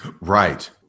Right